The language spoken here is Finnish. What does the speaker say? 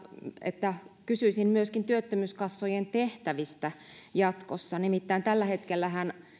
että kysyisin myöskin työttömyyskassojen tehtävistä jatkossa nimittäin tällä hetkellähän